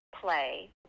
play